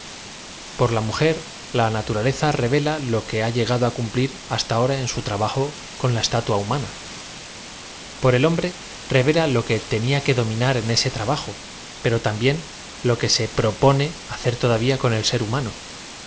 por la mujer la naturaleza re v e la lo que ha llega do cumplir hasta ahora en su tra b o con la estatua humana por e l hombre revela lo que tenia que do minar en ese trabajo pero también lo que se propone hacer todavía con el ser humano